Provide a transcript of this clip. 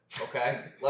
Okay